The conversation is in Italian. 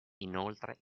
inoltre